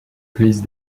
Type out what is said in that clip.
grise